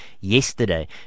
yesterday